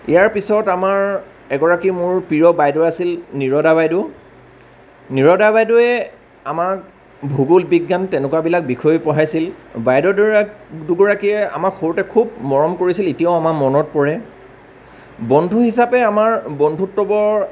ইয়াৰ পিছত আমাৰ এগৰাকী মোৰ প্ৰিয় বাইদেউ আছিল নিৰদা বাইদেউ নিৰদা বাইদেউৱে আমাক ভূগোল বিজ্ঞান তেনেকুৱাবিলাক বিষয় পঢ়াইছিল বাইদেউ দুগৰাকীয়ে আমাক সৰুতে খুব মৰম কৰিছিল এতিয়াও আমাৰ মনত পৰে বন্ধু হিচাপে আমাৰ বন্ধুত্ব বৰ